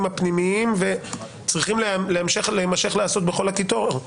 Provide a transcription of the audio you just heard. הפנימיים צריכים להמשיך להיעשות בכל הקיטור.